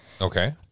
Okay